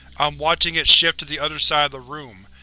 i'm watching it shift to the other side of the room.